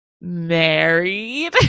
married